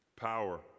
power